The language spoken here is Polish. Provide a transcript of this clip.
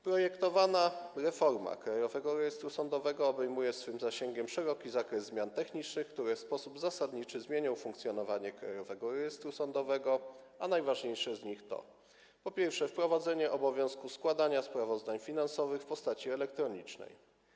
Projektowana reforma Krajowego Rejestru Sądowego obejmuje swym zasięgiem szeroki zakres zmian technicznych, które w sposób zasadniczy zmienią funkcjonowanie Krajowego Rejestru Sądowego, a najważniejsze z nich to, po pierwsze, wprowadzenie obowiązku składania sprawozdań finansowych w postaci elektronicznej.